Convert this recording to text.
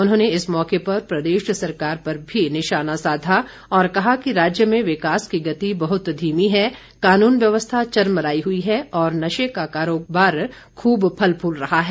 उन्होंने इस मौके पर प्रदेश सरकार पर भी निशाना साधा और कहा कि राज्य में विकास की गति बहुत धीमी है कानून व्यवस्था चरमराई हुई है और नशे का कारोबार खूब फल फूल रहा है